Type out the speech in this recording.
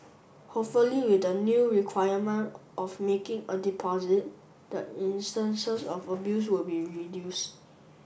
hopefully with the new requirement of making a deposit the instances of abuse will be reduced